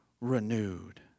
renewed